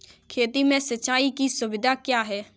खेती में सिंचाई की सुविधा क्या है?